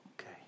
okay